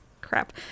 Crap